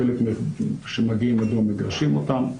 חלק שמגיעים, מגרשים אותם.